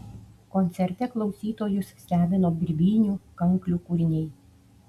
koncerte klausytojus stebino birbynių kanklių kūriniai